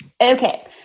Okay